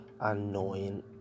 annoying